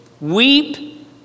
weep